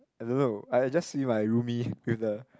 I don't know I just see my roomie with the